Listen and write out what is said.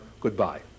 goodbye